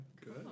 good